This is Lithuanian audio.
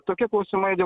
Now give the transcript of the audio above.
tokie klausimai dėl